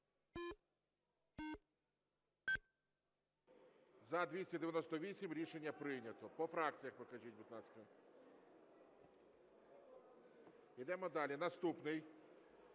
За-298 Рішення прийнято. По фракціях покажіть, будь ласка. Йдемо далі. Наступний